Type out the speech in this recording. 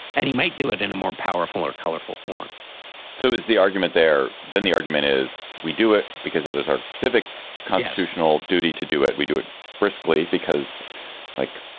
and he might do it in a more powerful or colorful form two so is the argument there. then the argument is we do it because it was our civic constitutional duty to do it. we do it briskly because like